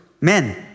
Men